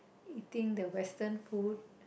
eating the western food